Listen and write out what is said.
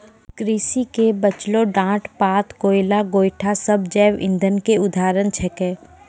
कृषि के बचलो डांट पात, कोयला, गोयठा सब जैव इंधन के उदाहरण छेकै